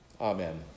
Amen